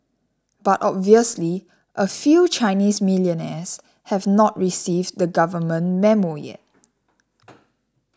but obviously a few Chinese millionaires have not received the Government Memo yet